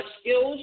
skills